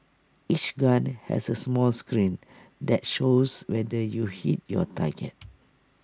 each gun has A small screen that shows whether you hit your target